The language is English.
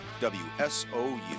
WSOU